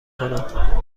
کنم